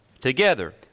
together